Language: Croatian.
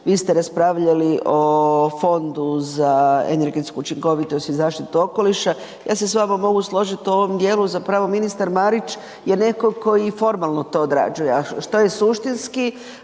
vi ste raspravljali o Fondu za energetsku učinkovitost i zaštitu okoliša, ja se s vama mogu složit u ovom dijelu, zapravo ministar Marić je …/Govornik se ne razumije/… i formalno to odrađuje, a što je suštinski,